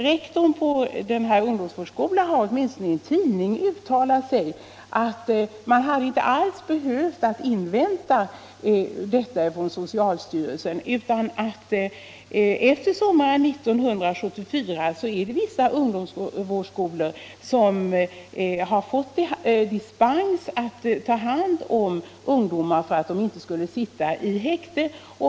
Rektorn på den här ungdomsvårdsskolan har åtminstone i en tidning uttalat att man inte alls hade behövt invänta skriftligt besked från socialstyrelsen, eftersom sedan sommaren 1974 vissa ungdomsvårdsskolor har fått dispens för att kunna ta hand om ungdomar så att dessa inte skall behöva sitta kvar i häkte.